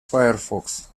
firefox